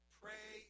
pray